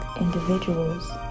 individuals